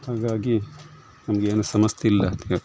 ಹಾಗಾಗಿ ನಮಗೇನು ಸಮಸ್ಯೆ ಇಲ್ಲ ಅಂತ ಹೇಳ್ತೇನೆ